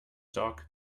dog